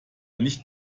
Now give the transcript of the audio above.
nicht